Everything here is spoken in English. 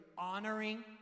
honoring